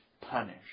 punish